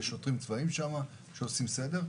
שוטרים צבאיים שעושים סדר.